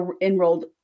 enrolled